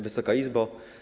Wysoka Izbo!